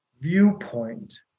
viewpoint